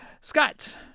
Scott